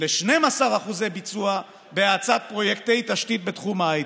ל-12% אחוזי ביצוע בהאצת פרויקטי תשתית בתחום ההייטק.